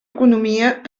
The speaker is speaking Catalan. economia